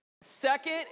second